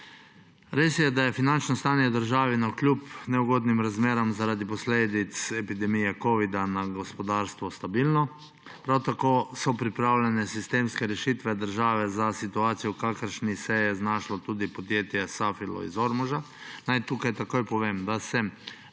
Res je, da je finančno stanje v državi navkljub neugodnim razmeram zaradi posledic epidemije covida na gospodarstvu stabilno. Prav tako so pripravljene sistemske rešitve države za situacijo, v kakršni se je znašlo tudi podjetje Safilo iz Ormoža. Naj tukaj takoj povem, da sem bil